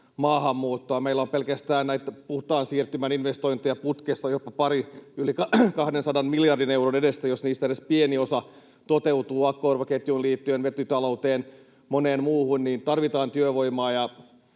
maahanmuuttoa. Meillä on pelkästään näitä puhtaan siirtymän investointeja putkessa jopa yli 200 miljardin euron edestä. Jos niistä edes pieni osa toteutuu akkuarvoketjuun liittyen, vetytalouteen ja moneen muuhun, niin tarvitaan työvoimaa.